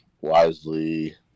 wisely